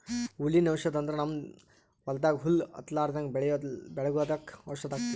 ಹುಲ್ಲಿನ್ ಔಷಧ್ ಅಂದ್ರ ನಮ್ಮ್ ಹೊಲ್ದಾಗ ಹುಲ್ಲ್ ಹತ್ತಲ್ರದಂಗ್ ಬೆಳಿಗೊಳ್ದಾಗ್ ಔಷಧ್ ಹಾಕ್ತಿವಿ